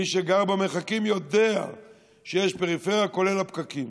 מי שגר במרחקים יודע שיש פריפריה, כולל הפקקים.